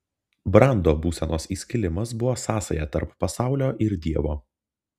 brando būsenos įskilimas buvo sąsaja tarp pasaulio ir dievo